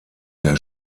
der